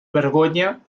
vergonya